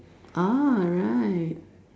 ah right